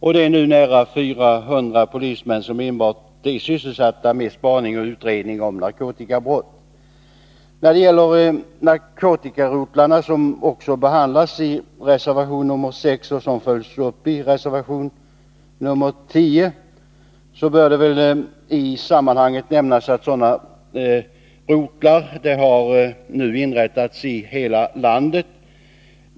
Nu är nära 400 polismän sysselsatta med enbart spaning och utredning av narkotikabrott. När det gäller narkotikarotlarna, som också behandlas i reservation 6 och följs upp i reservation 10, bör i sammanhanget nämnas att sådana rotlar har inrättats i hela landet.